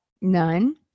none